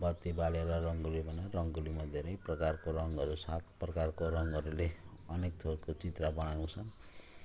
बत्ती बालेर रङ्गोली बनाएर रङ्गोलीमा धेरै प्रकारको रङहरू सात प्रकारको रङहरूले अनेक थोकको चित्र बनाउँछौँ